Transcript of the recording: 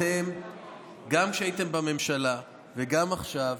אתם, גם כשהייתם בממשלה וגם עכשיו,